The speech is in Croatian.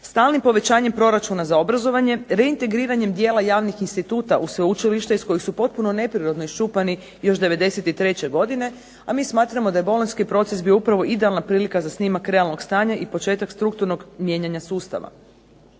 stalnim povećanjem proračuna za obrazovanje, reintegriranjem dijela javnih instituta u sveučilište iz kojeg su potpuno neprirodno iščupani još '93. godine, a mi smatramo da je bolonjski proces bio upravo idealna prilika za snimak realnog stanja, i početak strukturnog mijenjanja sustava.